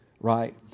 right